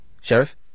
Sheriff